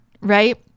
right